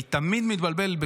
בכנות, אני תמיד מתבלבל.